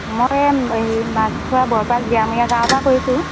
মই হেৰি মাছখোৱা বৰপাক জীয়ামূৰীয়া গাঁৱৰপৰা কৰিছোঁ